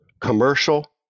commercial